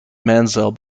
mansell